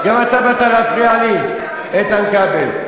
גם אתה באת להפריע לי, איתן כבל?